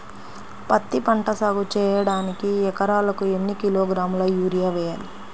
పత్తిపంట సాగు చేయడానికి ఎకరాలకు ఎన్ని కిలోగ్రాముల యూరియా వేయాలి?